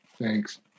Thanks